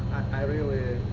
i really